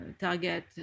target